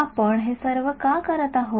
आपण हे सर्व का करीत आहोत